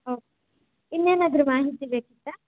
okay ಇನ್ನೇನಾದರೂ ಮಾಹಿತಿ ಬೇಕಿತ್ತಾ